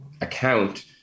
account